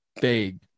vague